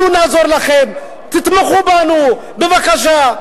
אנחנו נעזור לכם, תתמכו בנו בבקשה.